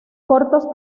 cortos